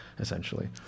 Essentially